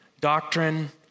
doctrine